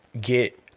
get